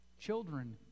Children